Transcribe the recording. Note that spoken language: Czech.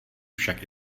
však